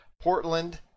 Portland